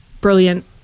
brilliant